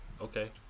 okay